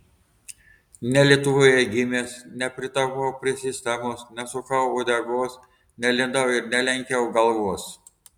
ne lietuvoje gimęs nepritapau prie sistemos nesukau uodegos nelindau ir nelenkiau galvos